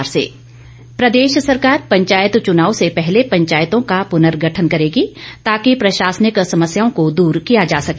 प्रश्नकाल प्रदेश सरकार पंचायत चुनाव से पहले पंचायतों का पुनर्गठन करेगी ताकि प्रशासनिक समस्याओं को दूर किया जा सके